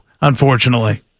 unfortunately